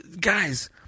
guys